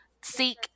seek